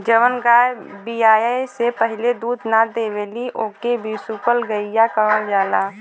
जवन गाय बियाये से पहिले दूध ना देवेली ओके बिसुकुल गईया कहल जाला